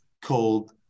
Called